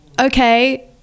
okay